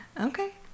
okay